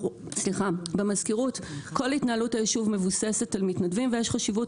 כל פעילות היישוב מבוססת על מתנדבים ויש חשיבות